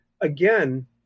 again